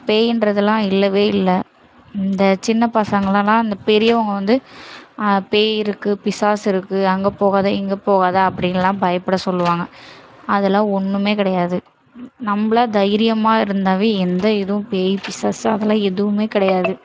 பேயின்றதுலாம் இல்லவே இல்லை இந்த சின்ன பசங்களலாம் இந்த பெரியவங்க வந்து பேய் இருக்கு பிசாசு இருக்கு அங்கே போகாதே இங்கே போகாதே அப்படின்லாம் பயப்பட சொல்லுவாங்க அதெலாம் ஒன்றுமே கிடையாது நம்பளா தைரியமாக இருந்தாவே எந்த இதுவும் பேய் பிசாசு அதெலாம் எதுவுமே கிடையாது